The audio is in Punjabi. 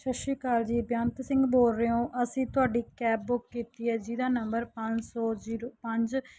ਸਤਿ ਸ਼੍ਰੀ ਅਕਾਲ ਜੀ ਬੇਅੰਤ ਸਿੰਘ ਬੋਲ ਰਹੇ ਹੋ ਅਸੀਂ ਤੁਹਾਡੀ ਕੈਬ ਬੁੱਕ ਕੀਤੀ ਹੈ ਜਿਹਦਾ ਨੰਬਰ ਪੰਜ ਸੌ ਜੀਰੋ ਪੰਜ